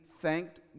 thanked